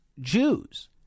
Jews